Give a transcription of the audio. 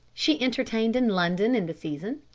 she entertained in london in the season,